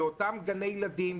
לאותם גני ילדים,